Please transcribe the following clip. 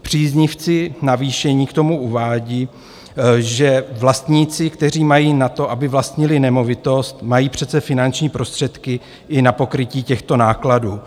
Příznivci navýšení k tomu uvádí, že vlastníci, kteří mají na to, aby vlastnili nemovitost, mají přece finanční prostředky i na pokrytí těchto nákladů.